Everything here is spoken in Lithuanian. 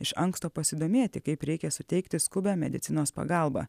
iš anksto pasidomėti kaip reikia suteikti skubią medicinos pagalbą